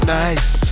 nice